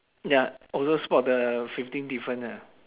ya also spot the fifteen different ah